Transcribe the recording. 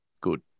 Good